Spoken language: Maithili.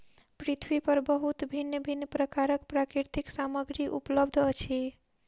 पृथ्वी पर बहुत भिन्न भिन्न प्रकारक प्राकृतिक सामग्री उपलब्ध अछि